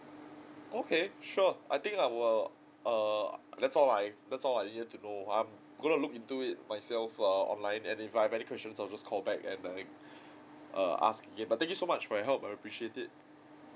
okay sure I think I will err that's all I that's all I need to know I'm gonna look into it myself err online and if I have any questions I'll just call back and I err ask again but thank you so much for your help I appreciate it